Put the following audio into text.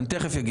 אני תכף אגיד.